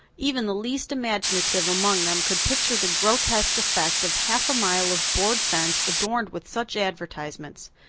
even the least imaginative among them could picture the grotesque effect of half a mile of board fence adorned with such advertisements.